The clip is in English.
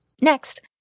Next